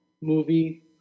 movie